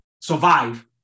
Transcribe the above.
survive